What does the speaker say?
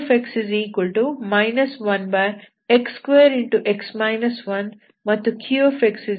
ಇಲ್ಲಿ px 1x2 ಮತ್ತು qx 1x3x 1 ಆಗಿವೆ